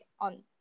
on